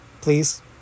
Please